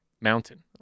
Mountain